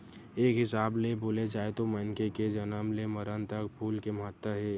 एक हिसाब ले बोले जाए तो मनखे के जनम ले मरन तक फूल के महत्ता हे